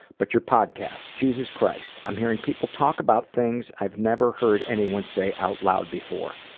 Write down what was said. but your podcast, jesus christ. i'm hearing people talk about things i've never heard anyone say out loud before.